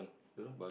don't know